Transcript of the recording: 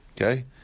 okay